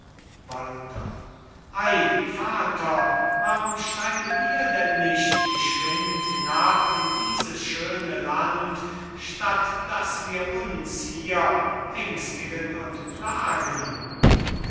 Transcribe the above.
walther ei vater warum steigen wir denn nicht geschwind hinab in dieses schöne land statt dass wir uns hier ängstigen und plagen